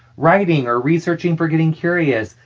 writing or researching for getting curious.